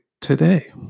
today